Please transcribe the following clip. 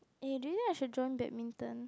eh do you think I should join badminton